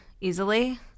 easily